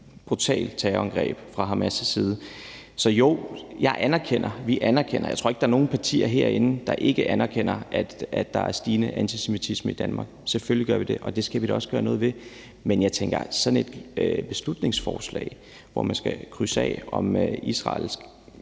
brutalt terrorangreb fra Hamas' side. Så jo, jeg og vi anerkender det, og jeg tror ikke, der er nogen partier herinde, der ikke anerkender, at der er stigende antisemitisme i Danmark. Selvfølgelig gør vi det, og det skal vi da også gøre noget ved. Men jeg tænker ikke, at sådan et beslutningsforslag, hvor man skal krydse af, om Israel